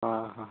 ᱦᱮᱸ ᱦᱮᱸ